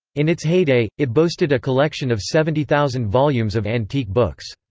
in its heyday, it boasted a collection of seventy thousand volumes of antique books.